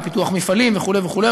בפיתוח מפעלים וכו' וכו'.